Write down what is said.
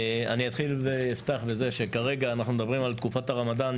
אני אתחיל ואפתח בזה שכרגע אנחנו מדברים על תקופת הרמדאן.